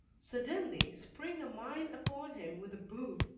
suddenly spring a mine upon him with a boo!